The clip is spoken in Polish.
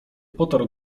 potarł